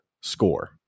SCORE